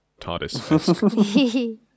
TARDIS